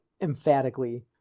emphatically